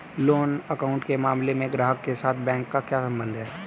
Loan account के मामले में ग्राहक के साथ बैंक का क्या संबंध है?